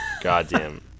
Goddamn